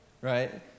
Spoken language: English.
right